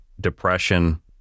depression